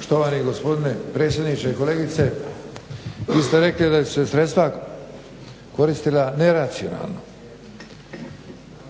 Štovani gospodine predsjedniče. Kolegice, vi ste rekli da su se sredstva koristila neracionalno.